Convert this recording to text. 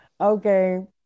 Okay